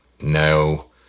No